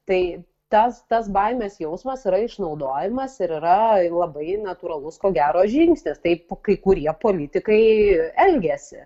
tai tas tas baimės jausmas yra išnaudojamas ir yra labai natūralus ko gero žingsnis taip kai kurie politikai elgiasi